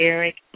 Eric